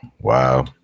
wow